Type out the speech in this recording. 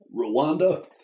Rwanda